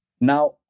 Now